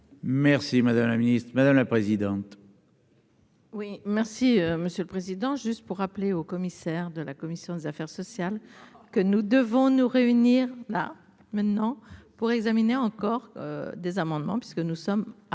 Merci madame la ministre, madame la présidente.